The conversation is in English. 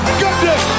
goodness